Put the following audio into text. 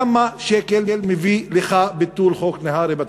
כמה שקל מביא לך ביטול חוק נהרי בתקציב.